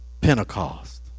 Pentecost